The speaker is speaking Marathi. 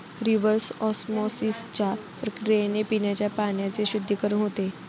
रिव्हर्स ऑस्मॉसिसच्या प्रक्रियेने पिण्याच्या पाण्याचे शुद्धीकरण होते